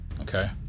Okay